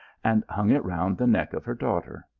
and hung it round the neck of her daughter.